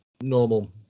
normal